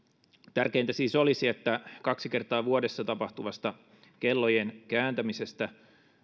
tärkeintä siis olisi että kaksi kertaa vuodessa tapahtuvasta kellojen kääntämisestä